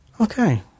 Okay